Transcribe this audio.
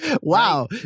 Wow